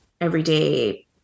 everyday